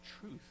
truth